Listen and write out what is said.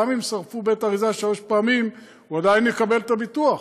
וגם אם שרפו בית-אריזה שלוש פעמים הוא עדיין יקבל את הביטוח,